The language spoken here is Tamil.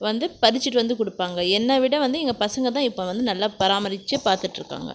வந்து பறிச்சுட்டு வந்து கொடுப்பாங்க என்னை விட வந்து எங்கள் பசங்கள் தான் இப்போ வந்து நல்லா பராமரித்து பாத்துகிட்ருக்காங்க